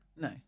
No